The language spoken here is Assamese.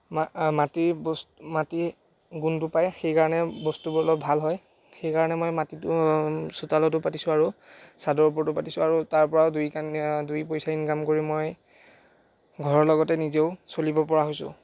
মা বস্তু মাটি গুণটো পায় সেইকাৰণে বস্তুবোৰ অলপ ভাল হয় সেইকাৰণে মই মাটিতো চোতালতো পাতিছোঁ আৰু চাদৰ ওপৰতো পাতিছোঁ আৰু তাৰ পৰাও দুই কান দুই পইচা ইনকাম কৰি মই ঘৰৰ লগতে নিজেও চলিব পৰা হৈছোঁ